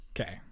Okay